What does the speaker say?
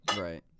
Right